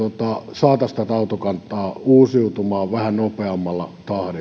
saataisiin autokantaa uusiutumaan vähän nopeammalla